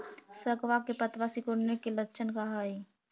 सगवा के पत्तवा सिकुड़े के लक्षण का हाई?